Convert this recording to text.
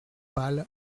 pâle